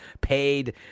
paid